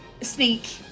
sneak